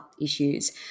issues